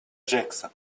gex